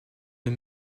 eux